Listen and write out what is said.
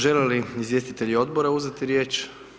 Žele li izvjestitelji odbora uzeti riječ?